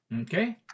okay